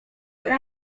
raz